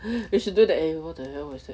you should do that eh what the hell was that